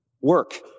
work